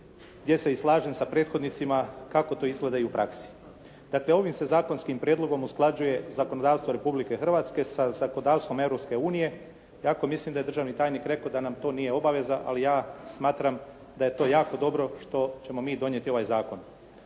gdje se i slažem sa prethodnicima kako to izgleda i u praksi. Dakle, ovim se zakonskim prijedlogom usklađuje zakonodavstvo Republike Hrvatske sa zakonodavstvom Europske unije, iako mislim da je državni tajnik rekao da nam to nije obaveza, ali ja smatram da je to jako dobro što ćemo mi donijeti ovaj zakon.